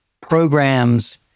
programs